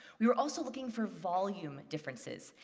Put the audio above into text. we were also looking for volume differences.